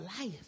life